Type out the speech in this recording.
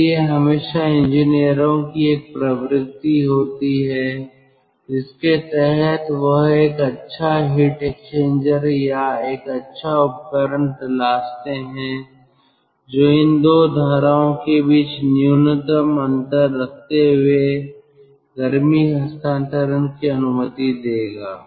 इसलिए हमेशा इंजीनियरों की एक प्रवृत्ति होती है जिसके तहत वह एक अच्छा हीट एक्सचेंजर या एक अच्छा उपकरण तलाशते है जो इन 2 धाराओं के बीच न्यूनतम अंतर रखते हुए गर्मी हस्तांतरण की अनुमति देगा